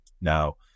now